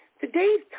today's